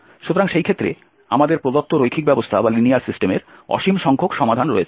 সুতরাং সেই ক্ষেত্রে আমাদের প্রদত্ত রৈখিক ব্যবস্থার অসীম সংখ্যক সমাধান রয়েছে